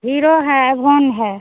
hero है A one है